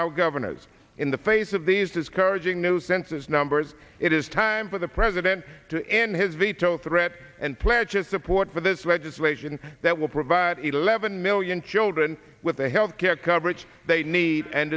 our governors in the face of these discouraging new census numbers it is time for the president to end his veto threat and pledges support for this legislation that will provide eleven million children with the health care coverage they need and